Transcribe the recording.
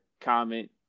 comment